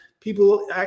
People